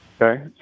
Okay